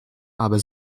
aber